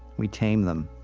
we tame them,